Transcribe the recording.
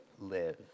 live